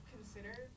consider